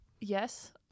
Yes